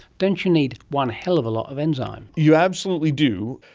don't you need one hell of a lot of enzyme? you absolutely do.